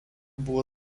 buvo